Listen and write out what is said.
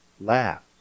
laughed